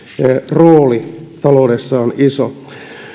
rooli taloudessa on iso